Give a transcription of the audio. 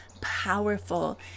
powerful